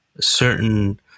Certain